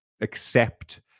accept